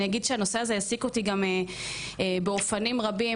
אני אגיד שהנושא הזה העסיק אותי באופנים רבים